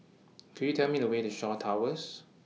Could YOU Tell Me The Way to Shaw Towers